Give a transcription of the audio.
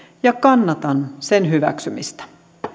ja kannatan sen hyväksymistä